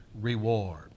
reward